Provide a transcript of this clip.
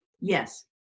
Yes